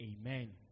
Amen